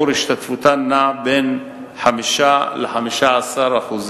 שיעור השתתפותן נע בין 5% ל-15%.